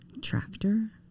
Tractor